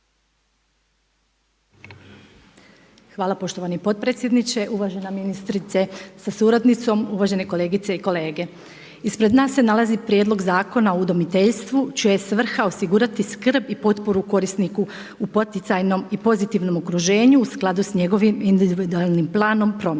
Hvala poštovani potpredsjedniče. Uvažena ministrice sa suradnicom, uvažene kolegice i kolege. Ispred nas se nalazi Prijedlog zakona o udomiteljstvu čija je svrha osigurati skrb i potporu korisniku u poticajnoj i pozitivnom okruženju u skladu s njegovim individualnim planom promjene.